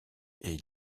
est